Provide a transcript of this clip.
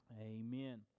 Amen